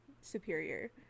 superior